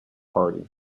party